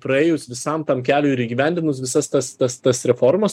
praėjus visam tam keliui ir įgyvendinus visas tas tas tas reformas